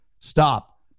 stop